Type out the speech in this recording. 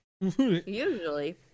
usually